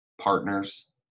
Partners